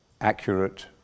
accurate